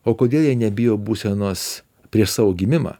o kodėl jie nebijo būsenos prieš savo gimimą